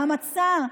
המצע,